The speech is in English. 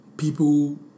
People